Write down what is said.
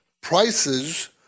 prices